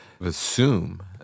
assume